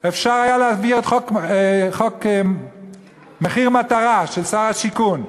אפשר היה להביא את חוק מחיר מטרה של שר השיכון.